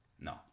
No